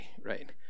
right